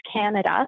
Canada